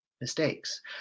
mistakes